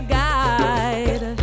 guide